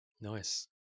Nice